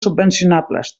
subvencionables